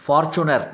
Fortuner